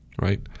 Right